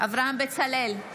אברהם בצלאל,